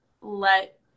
let